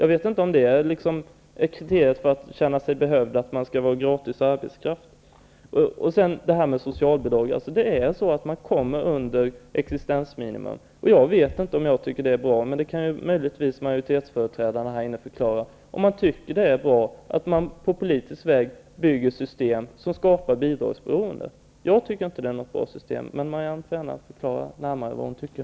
Jag vet inte om det är ett kriterium för att känna sig behövd, att man skall vara gratis arbetskraft. Så till frågan om socialbidrag. Man kommer under existensminimum, och jag kan inte tycka att det är bra. Företrädarna för majoriteten kan möjligtvis förklara varför de tycker att det är bra att på politisk väg inrätta system som skapar bidragsberoende. Jag tycker inte att det är något bra system. Marianne Andersson får gärna förklara vad hon tycker.